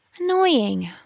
Annoying